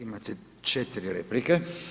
Imate 4 replike.